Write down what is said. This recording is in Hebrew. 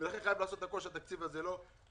ולכן חייבים לעשות הכול כדי שהתקציב הזה לא ייפגע.